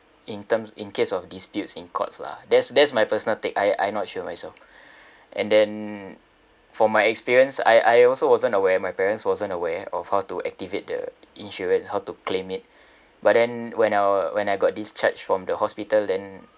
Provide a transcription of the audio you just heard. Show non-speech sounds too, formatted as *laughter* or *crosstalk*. in terms in case of disputes in courts lah that's that's my personal take I I not sure myself *breath* and then for my experience I I also wasn't aware my parents wasn't aware of how to activate the insurance how to claim it but then when I wa~ when I got discharged from the hospital then